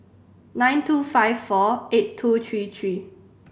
nine two five four eight two three three